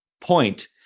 point